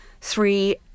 three